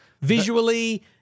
visually